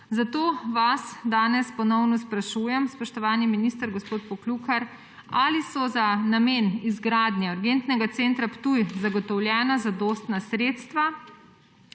Zato vas danes ponovno sprašujem, spoštovani minister gospod Poklukar: Ali so za namen izgradnje urgentnega centra Ptuj zagotovljena zadostna sredstva?